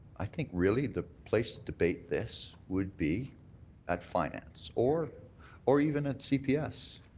i think really the place to debate this would be at finance or or even at cps.